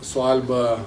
su alba